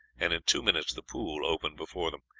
and in two minutes the pool opened before them.